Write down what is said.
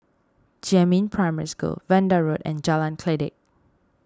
Jiemin Primary School Vanda Road and Jalan Kledek